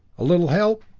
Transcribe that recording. a little help?